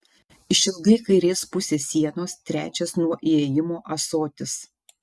išilgai kairės pusės sienos trečias nuo įėjimo ąsotis